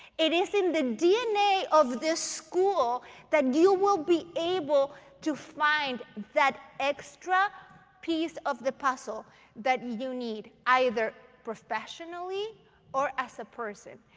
it is in the dna of this school that you will be able to find that extra piece of the puzzle that you need, either professionally or as a person.